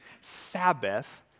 Sabbath